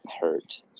hurt